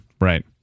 right